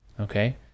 Okay